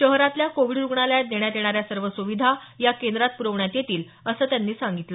शहरातल्या कोविड रुग्णालयात देण्यात येणाऱ्या सर्व सुविधा या केंद्रात पुरवण्यात येतील असं त्यांनी सांगितलं